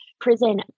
prison